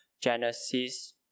Genesis